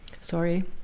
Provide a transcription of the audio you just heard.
sorry